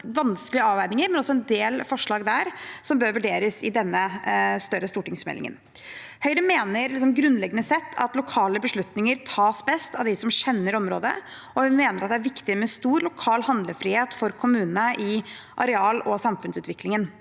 Det er vanskelige avveininger, men også en del forslag der som bør vurderes i den større stortingsmeldingen. Høyre mener grunnleggende sett at lokale beslutninger tas best av dem som kjenner området, og vi mener det er viktig med stor lokal handlefrihet for kommunene i areal- og samfunnsutviklingen.